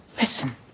Listen